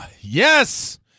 Yes